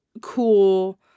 cool